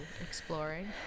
exploring